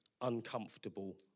uncomfortable